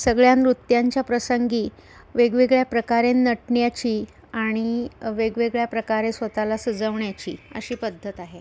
सगळ्या नृत्यांच्या प्रसंगी वेगवेगळ्या प्रकारे नटण्याची आणि वेगवेगळ्या प्रकारे स्वत ला सजवण्याची अशी पद्धत आहे